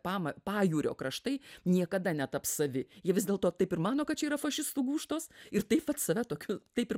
pama pajūrio kraštai niekada netaps savi jie vis dėl to taip ir mano kad čia yra fašistų gūžtos ir taip vat save tokiu taip ir